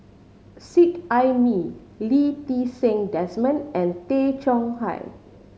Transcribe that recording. Seet Ai Mee Lee Ti Seng Desmond and Tay Chong Hai